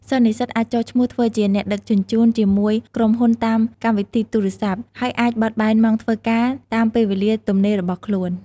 សិស្សនិស្សិតអាចចុះឈ្មោះធ្វើជាអ្នកដឹកជញ្ជូនជាមួយក្រុមហ៊ុនតាមកម្មវិធីទូរស័ព្ទ ហើយអាចបត់បែនម៉ោងធ្វើការតាមពេលវេលាទំនេររបស់ខ្លួន។